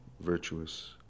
virtuous